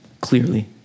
clearly